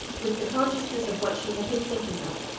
with the consciousness of what she had been thinking of,